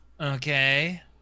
Okay